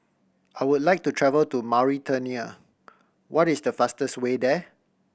I would like to travel to Mauritania what is the fastest way there